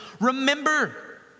Remember